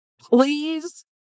please